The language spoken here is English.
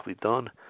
done